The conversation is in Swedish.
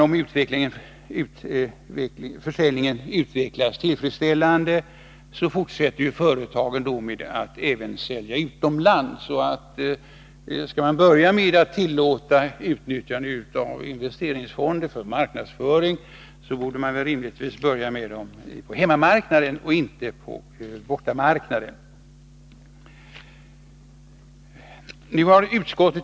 Om försäljningen sedan utvecklas tillfredsställande, fortsätter företagen med att även sälja utomlands. Skall man tillåta ett utnyttjande av investeringsfonden för marknadsföring borde man rimligtvis börja med marknadsföringsåtgärderna på hemmamarknaden och inte med marknadsföringen på bortamarknaden.